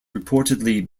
reportedly